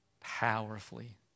powerfully